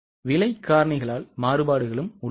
விலை காரணிகளால் மாறுபாடுகளும் உள்ளன